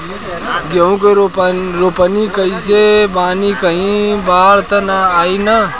गेहूं के रोपनी कईले बानी कहीं बाढ़ त ना आई ना?